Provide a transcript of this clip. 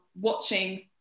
watching